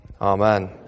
Amen